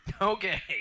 Okay